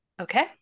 Okay